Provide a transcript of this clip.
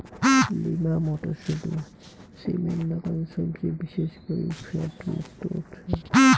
lima মটরশুঁটি, সিমের নাকান সবজি বিশেষ করি ফ্যাট মুক্ত উৎস